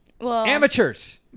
Amateurs